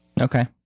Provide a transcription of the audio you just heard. Okay